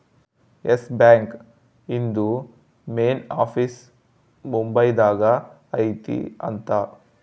S Bank ಇಂದು main office Mumbai ದಾಗ ಐತಿ ಅಂತ